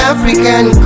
African